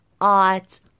art